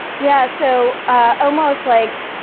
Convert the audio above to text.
yeah, so almost like,